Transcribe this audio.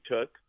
took